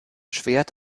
schwert